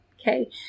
Okay